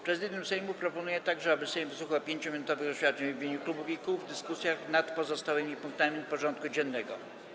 Prezydium Sejmu proponuje także, aby Sejm wysłuchał 5-minutowych oświadczeń w imieniu klubów i kół w dyskusjach nad pozostałymi punktami porządku dziennego.